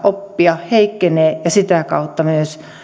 oppia heikkenevät ja sitä kautta kasvaa